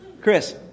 Chris